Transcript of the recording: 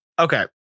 Okay